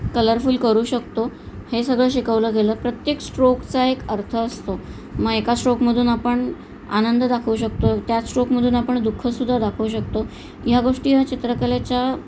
colourful करू शकतो हे सगळं शिकवलं गेलं प्रत्येक स्ट्रोकचा एक अर्थ असतो मग एका स्ट्रोकमधून आपण आनंद दाखवू शकतो त्याच स्ट्रोकमधून आपण दुःखसुद्धा दाखवू शकतो ह्या गोष्टी ह्या चित्रकलेच्या